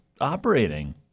operating